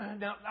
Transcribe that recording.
Now